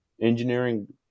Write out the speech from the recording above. engineering